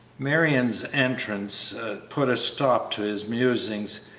marion's entrance put a stop to his musings.